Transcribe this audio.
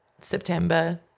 September